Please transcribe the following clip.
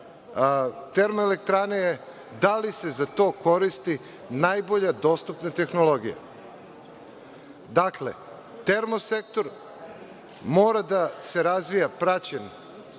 termoelektrane, da li se za to koristi najbolja dostupna tehnologija. Dakle, termosektor mora da se razvija praćenjem